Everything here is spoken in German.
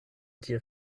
die